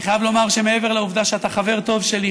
אני חייב לומר שמעבר לעובדה שאתה חבר טוב שלי,